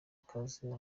ikaze